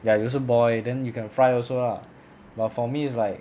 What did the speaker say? ya you also boil then you can fry also lah but for me is like